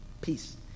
Peace